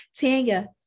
Tanya